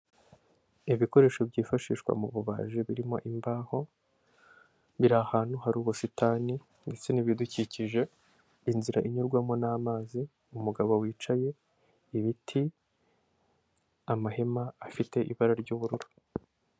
Ibikoresho byifashishwa mu bubaji birimo imbaho, biri ahantu hari ubusitani ndetse n'ibidukikije, inzira inyurwamo n'amazi, umugabo wicaye, ibiti, amahema afite ibara ry'ubururu.